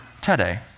today